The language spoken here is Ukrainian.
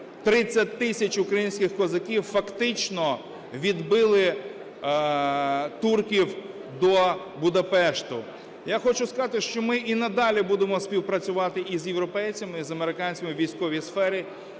30 тисяч українських козаків фактично відбили турків до Будапешта. Я хочу сказати, що ми і надалі будемо співпрацювати і з європейцями, і з американцями у військовій сфері.